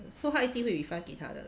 so 他一定会 refund 给他的